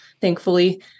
thankfully